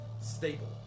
stable